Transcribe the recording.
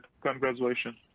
congratulations